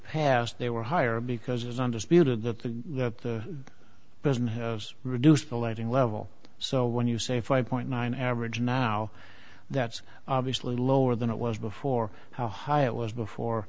past they were higher because there's undisputed that the person has reduced the lighting level so when you say five point nine average now that's obviously lower than it was before how high it was before